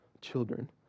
children